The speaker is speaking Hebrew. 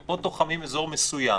ופה תוחמים אזור מסוים